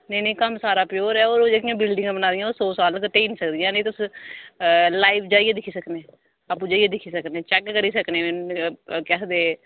नेईं नेईं कम्म सारा प्योर ऐ और जेह्कियां बिल्डिंगां बनाई दियां ओह् सौ साल तगर ढेई नी सकदियां ऐ न एह् तुस लाइव जाइयै दिक्खी सकने आपूं जाइयै दिक्खी सकने चैक करी सकने केह् आखदे